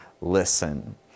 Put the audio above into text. listen